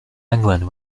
england